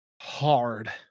hard